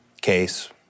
case